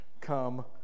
come